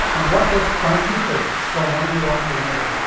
and what gets transmitted from one neuron to another.